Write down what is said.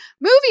movie